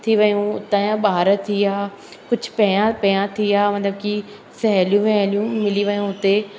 थी वियूं हुतां जा ॿार थी विया कुझु पंहिंजा पंहिंजा थी विया मतिलब की सहिलियूं वहिलियूं मिली वियूं हुते